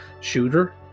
shooter